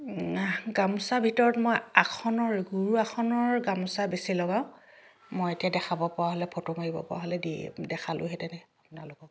গামোচাৰ ভিতৰত মই আসনৰ গুৰু আসনৰ গামোচা বেছি লগাওঁ মই এতিয়া দেখাব পৰা হ'লে ফটো মাৰিব পৰা হ'লে দিয়ে দেখালোঁ হেতেনেই আপোনালোকক